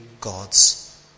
God's